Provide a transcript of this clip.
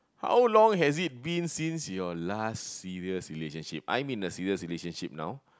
how long has it been since your last serious relationship I'm in a serious relationship now